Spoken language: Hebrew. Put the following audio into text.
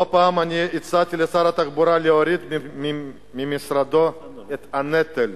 לא פעם אחת הצעתי לשר התחבורה להוריד ממשרדו את הנטל,